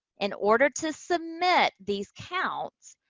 in order to submit these counts,